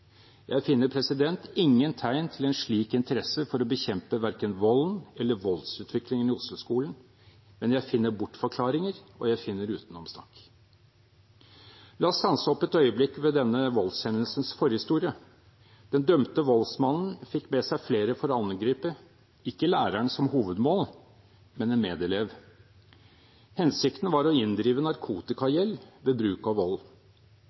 Jeg finner ingen tegn til en slik interesse for å bekjempe verken volden eller voldsutviklingen i Osloskolen, men jeg finner bortforklaringer, og jeg finner utenomsnakk. La oss stanse opp et øyeblikk ved denne voldshendelsens forhistorie. Den dømte voldsmannens fikk med seg flere for å angripe – ikke læreren som hovedmål, men en medelev. Hensikten var å inndrive narkotikagjeld ved bruk av vold.